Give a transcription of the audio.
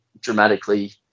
dramatically